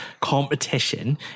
competition